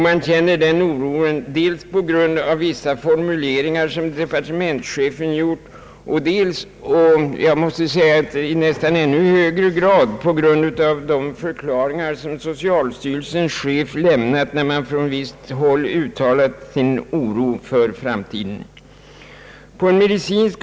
Man känner denna oro dels på grund av vissa formuleringar departementschefen gjort, dels — och i nästan ännu högre grad — på grund av de förklaringar socialstyrelsens chef lämnat när man från visst håll uttalat sin oro för framtiden.